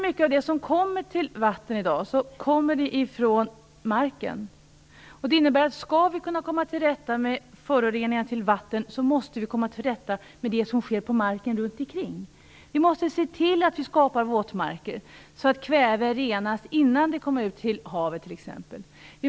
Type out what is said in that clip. Mycket av det som hamnar i vattnet i dag kommer från marken. Det innebär att om vi skall kunna komma till rätta med föroreningar i vattnet måste vi komma till rätta med det som sker på marken runtikring. Vi måste se till att vi skapar våtmarker så att kväve renas innan det kommer ut till t.ex. havet.